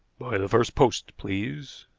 by the first post, please,